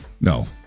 no